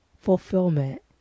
fulfillment